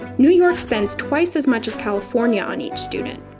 new york spends twice as much as california on each student.